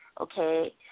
okay